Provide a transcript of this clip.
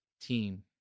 team